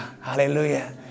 Hallelujah।